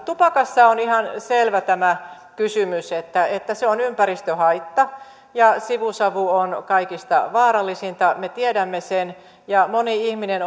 tupakassa on ihan selvä tämä kysymys että että se on ympäristöhaitta ja sivusavu on kaikista vaarallisinta me tiedämme sen ja moni ihminen